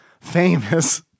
famous